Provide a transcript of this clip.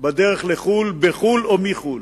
בדרך לחו"ל, בחו"ל או מחו"ל.